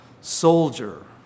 soldier